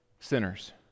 Sinners